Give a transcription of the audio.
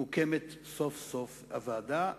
מוקמת סוף-סוף הוועדה,